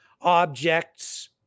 objects